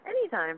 anytime